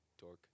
dork